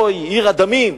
"אוי עיר הדמים"